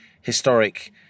historic